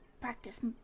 practice